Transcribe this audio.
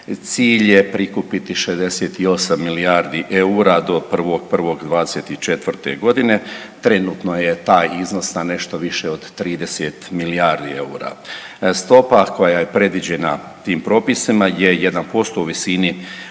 Cilj je prikupiti 68 milijardi eura do 1.1.'24.g., trenutno je taj iznos na nešto više od 30 milijardi eura. Stopa koja je predviđena tim propisima je 1% u visini